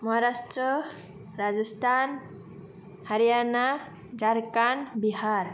Maharashtra Rajasthan Haryana Jharkhand Bihar